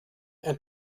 and